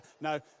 no